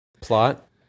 Plot